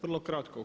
Vrlo kratko.